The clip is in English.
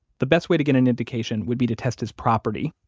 the best way to get an indication would be to test his property,